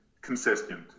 consistent